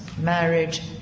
marriage